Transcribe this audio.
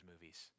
movies